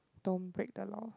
don't break the law